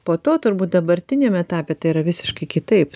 po to turbūt dabartiniam etape tai yra visiškai kitaip